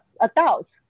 adults